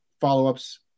follow-ups